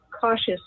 cautious